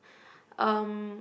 um